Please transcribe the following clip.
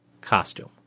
Costume